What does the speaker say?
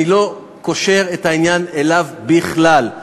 אני לא קושר את העניין אליו בכלל,